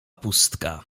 pustka